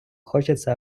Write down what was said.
хочеться